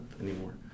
anymore